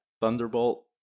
Thunderbolt